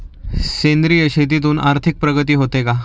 सेंद्रिय शेतीतून आर्थिक प्रगती होते का?